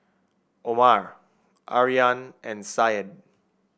Omar Aryan and Said